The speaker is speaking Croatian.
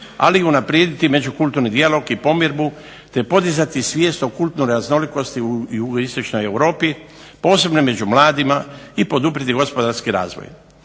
ali i unaprijediti međukulturni dijalog i pomirbu, te podizati svijest o kulturnoj raznolikosti u jugoistočnoj Europi posebno među mladima i poduprijeti gospodarski razvoj.